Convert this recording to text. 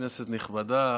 כנסת נכבדה,